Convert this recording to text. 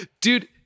Dude